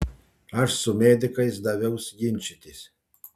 aš su medikais daviaus ginčytis